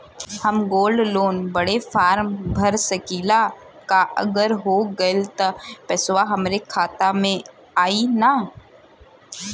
हम gold loan बड़े form भर सकी ला का अगर हो गैल त पेसवा हमरे खतवा में आई ना?